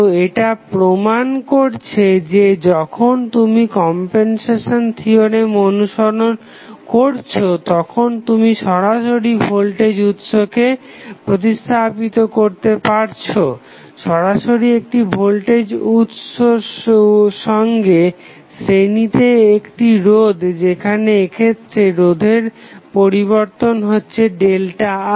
তো এটা প্রমান করছে যে যখন তুমি কমপেনসেশন থিওরেম অনুসরণ করছো তখন তুমি সরাসরি ভোল্টেজ উৎসকে প্রতিস্থাপিত করতে পারছো সরাসরি একটি ভোল্টেজ উৎস সঙ্গে শ্রেণিতে একটি রোধ যেখানে এক্ষেত্রে রোধের পরিবর্তন হচ্ছে ΔR